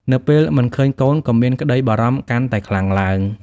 នៅពេលមិនឃើញកូនក៏មានក្តីបារម្ភកាន់តែខ្លាំងឡើង ។